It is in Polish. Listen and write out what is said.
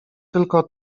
tylko